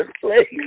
place